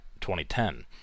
2010